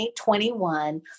2021